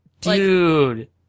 Dude